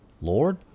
Lord